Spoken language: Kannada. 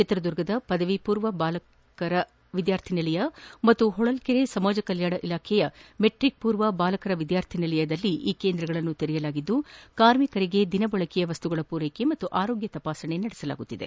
ಚಿತ್ರದುರ್ಗದ ಪದವಿ ಪೂರ್ವ ಬಾಲಕರ ವಿದ್ಯಾರ್ಥಿ ನಿಲಯ ಹಾಗೂ ಹೊಳ್ಳೆರೆ ಸಮಾಜ ಕಲ್ಕಾಣ ಇಲಾಖೆಯ ಮೆಟ್ರಕ್ಪೂರ್ವ ಬಾಲಕರ ವಿದ್ಯಾರ್ಥಿನಿಲಯಗಳಲ್ಲಿ ಈ ಕೇಂದ್ರಗಳನ್ನು ತೆರೆಯಲಾಗಿದ್ದು ಕಾರ್ಮಿಕರಿಗೆ ದಿನ ಬಳಕೆಯ ವಸ್ತುಗಳ ಪೂರೈಕೆ ಹಾಗೂ ಆರೋಗ್ಯ ತಪಾಸಣೆ ನಡೆಸಲಾಗುತ್ತಿದೆ